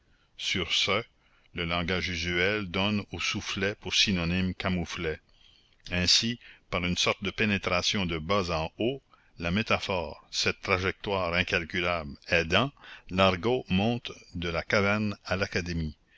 sur ce le langage usuel donne au soufflet pour synonyme camouflet ainsi par une sorte de pénétration de bas en haut la métaphore cette trajectoire incalculable aidant l'argot monte de la caverne à l'académie